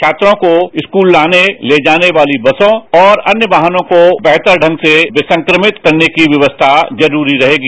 छात्रों को स्कूल लाने ले जाने वाली बसों तथा अन्य वाहनों को बेहतर ढंग से विसंक्रमित करने की व्यवस्था जरूरी रहेगी